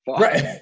Right